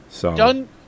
Done